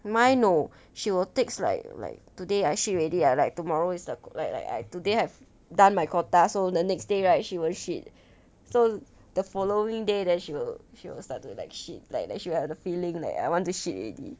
milo she will takes like like today I shit already I like tomorrow is the like like I do today I done my quota so the next day right she won't shit so the following day then she will she will start to like shit like she had a feeling that I want to shit already